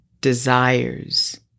desires